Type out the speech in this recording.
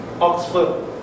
Oxford